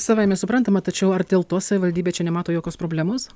savaime suprantama tačiau ar dėl to savivaldybė čia nemato jokios problemos